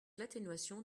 l’atténuation